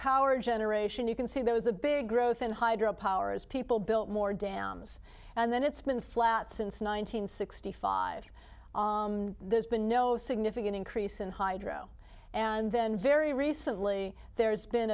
power generation you can see there was a big growth in hydro power as people built more dams and then it's been flat since nine hundred sixty five there's been no significant increase in hydro and then very recently there's been